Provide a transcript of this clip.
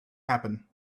happen